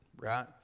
right